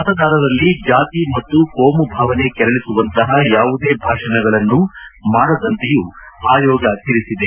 ಮತದಾರರಲ್ಲಿ ಜಾತಿ ಮತ್ತು ಕೋಮುಭಾವನೆ ಕೆರಳಿಸುವಂತಹ ಯಾವುದೇ ಭಾಷಣಗಳನ್ನು ಮಾಡದಂತೆಯೂ ಚುನಾವಣಾ ಆಯೋಗ ತಿಳಿಸಿದೆ